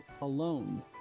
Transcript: alone